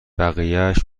بقیهاش